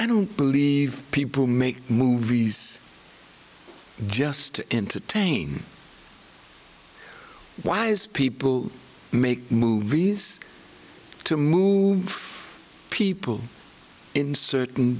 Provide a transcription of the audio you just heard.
i don't believe people make movies just to entertain wise people make movies to move people in certain